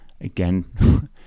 Again